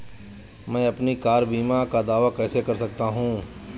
मैं अपनी कार बीमा का दावा कैसे कर सकता हूं?